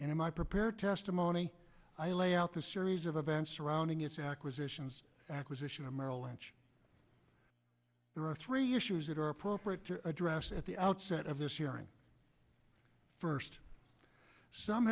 and in my prepared testimony i lay out the series of events surrounding its acquisitions acquisition of merrill lynch there are three issues that are appropriate to address at the outset of this hearing first some